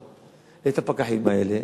הסמיכה את הפקחים האלה,